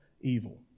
evil